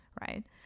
right